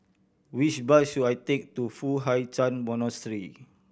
which bus should I take to Foo Hai Ch'an Monastery